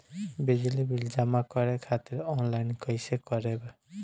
बिजली बिल जमा करे खातिर आनलाइन कइसे करम?